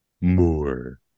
more